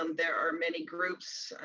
um there are many groups,